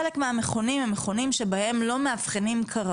אם מאבחנים את זה